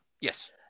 Yes